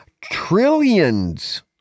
trillions